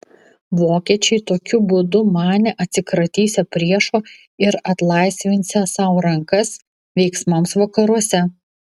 vokiečiai tokiu būdu manė atsikratysią priešo ir atlaisvinsią sau rankas veiksmams vakaruose